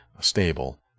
stable